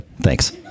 Thanks